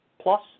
plus